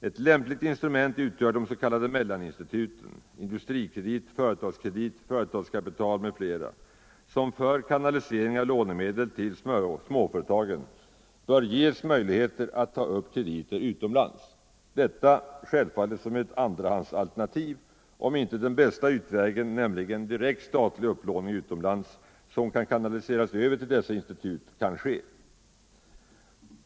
Ett lämpligt instrument utgör de s.k. mellaninstituten — Industrikredit, Företagskredit, Företagskapital m.fl. — som för kanalisering av lånemedel till småföretagarna bör ges möjligheter att ta upp krediter utomlands — detta självfallet som ett andrahandsalternativ om inte den bästa utvägen, nämligen direkt statlig upplåning utomlands som kan kanaliseras över till dessa institut, kan ske.